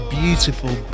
beautiful